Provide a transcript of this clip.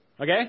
okay